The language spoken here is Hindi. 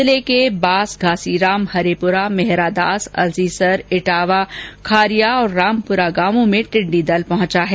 जिले के बास घासीराम हरिपुरा मेहरादास अलसीसर झटावा खारिया रामपुरा गांवों में टिड्डी दल पहुंचा है